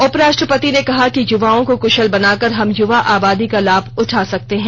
उपराष्ट्पति ने कहा कि युवाओं को कुशल बनाकर हम युवा आबादी का लाभ उठा सकते हैं